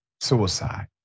suicide